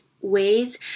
ways